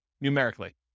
numerically